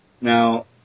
Now